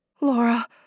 Laura